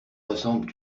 ressemble